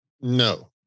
no